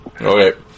Okay